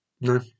No